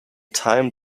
time